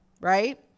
right